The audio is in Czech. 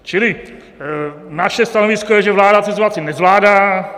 Čili naše stanovisko je, že vláda situaci nezvládá.